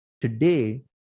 today